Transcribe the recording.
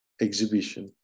exhibition